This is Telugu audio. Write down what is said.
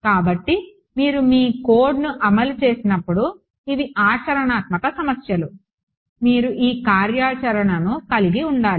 కాబట్టి మీరు మీ కోడ్ని అమలు చేసినప్పుడు ఇవి ఆచరణాత్మక సమస్యలు మీరు ఈ కార్యాచరణను కలిగి ఉండాలి